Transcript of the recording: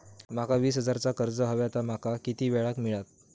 माका वीस हजार चा कर्ज हव्या ता माका किती वेळा क मिळात?